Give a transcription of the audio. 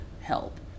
help